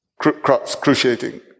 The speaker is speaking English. cruciating